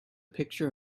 picture